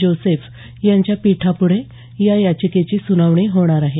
Joseph यांच्या पीठापुढे या याचिकेची सुनावणी होणार आहे